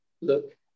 look